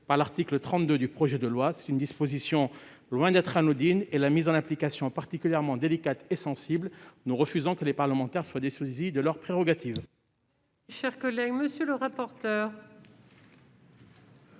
par l'article 32 du projet de loi. Cette disposition est loin d'être anodine dont la mise en application est particulièrement délicate et sensible. Nous refusons que les parlementaires soient dessaisis de leurs prérogatives.